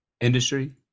industry